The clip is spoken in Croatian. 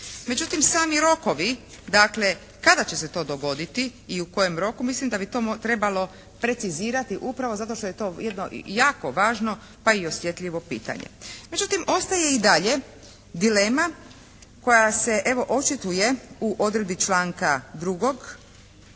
Međutim, sami rokovi kada će se to dogoditi i u kojem roku mislim da bi to trebalo precizirati upravo zato što je to jedno jako važno pa i osjetljivo pitanje. Međutim, ostaje i dalje dilema koja se evo očituje u odredbi članka 2.